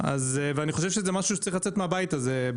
אני חושב שזה משהו שצריך לצאת מהבית הזה,